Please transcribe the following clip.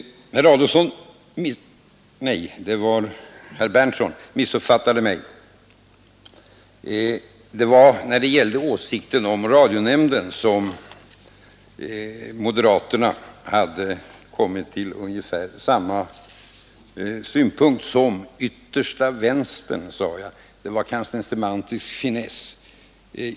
Herr Berndtson i Linköping missuppfattade mig. Jag sade att moderaterna när det gällde radionämndens verksamhet och arbetsuppgifter hade kommit fram till ungefär samma synpunkt som den yttersta vänstern. Det var kanske en semantisk finess.